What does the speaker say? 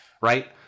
Right